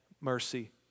mercy